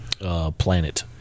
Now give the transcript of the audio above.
Planet